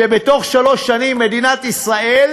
ובתוך שלוש שנים מדינת ישראל